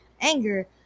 anger